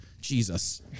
Jesus